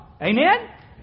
Amen